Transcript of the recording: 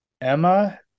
Emma